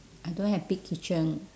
I don't have big kitchen